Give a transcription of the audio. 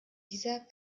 dieser